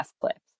clips